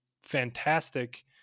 fantastic